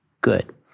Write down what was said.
good